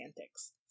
antics